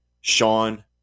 Sean